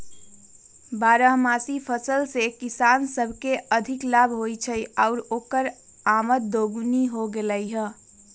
बारहमासी फसल से किसान सब के अधिक लाभ होई छई आउर ओकर आमद दोगुनी हो गेलई ह